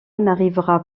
n’arrivera